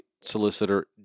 Solicitor